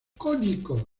cónicos